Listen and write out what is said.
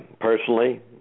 personally